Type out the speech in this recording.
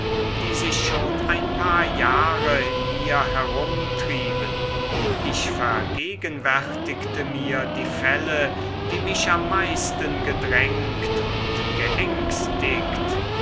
die sich schon ein paar jahre in mir herumtrieben ich vergegenwärtigte mir die fälle die mich am meisten gedrängt und geängstigt